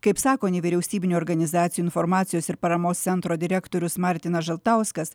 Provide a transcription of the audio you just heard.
kaip sako nevyriausybinių organizacijų informacijos ir paramos centro direktorius martinas žaltauskas